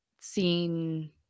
seen